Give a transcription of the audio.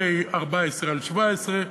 פ/14/17,